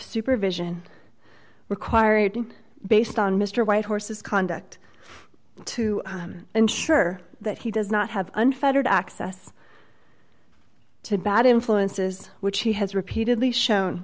supervision required based on mr white horses conduct to ensure that he does not have unfettered access to bad influences which he has repeatedly shown